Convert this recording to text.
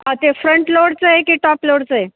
हां ते फ्रंट लोडचं आहे की टॉप लोडचं आहे